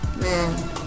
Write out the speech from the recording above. man